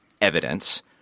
evidence